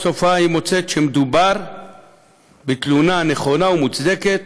ובסוף היא מוצאת שמדובר בתלונה נכונה ומוצדקת,